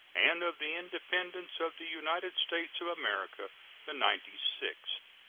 and of the independence of the united states of america the ninety-sixth.